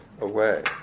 away